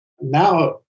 Now